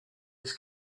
his